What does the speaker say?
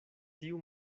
tiu